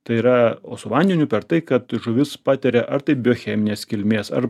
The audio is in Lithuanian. tai yra o su vandeniu per tai kad žuvis patiria ar tai biocheminės kilmės ar